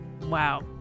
wow